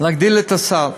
להגדיל את הסל.